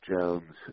jones